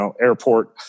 airport